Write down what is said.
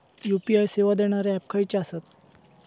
UPI सेवा देणारे app खयचे आसत?